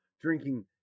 drinking